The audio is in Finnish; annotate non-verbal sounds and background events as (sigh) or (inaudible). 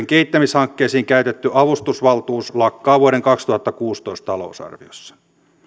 (unintelligible) kehittämishankkeisiin käytetty avustusvaltuus lakkaa vuoden kaksituhattakuusitoista talousarviossa